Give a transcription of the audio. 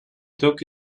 took